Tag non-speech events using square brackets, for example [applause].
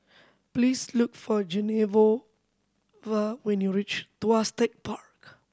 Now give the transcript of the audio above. please look for [unintelligible] when you reach Tuas Tech Park